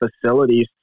facilities